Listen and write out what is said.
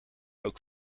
ook